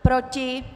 Proti?